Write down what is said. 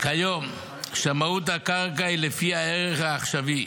כיום שמאות הקרקע הוא לפי הערך העכשווי.